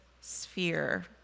sphere